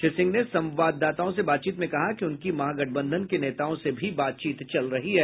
श्री सिंह ने संवाददाताओं से बातचीत में कहा कि उनकी महागठबंधन के नेताओं से भी बातचीत चल रही है